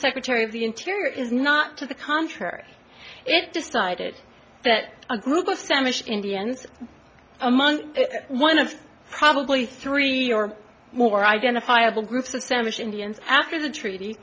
secretary of the interior is not to the contrary it decided that a group of spanish indians among one of probably three or more identifiable groups of sanish indians after the treaty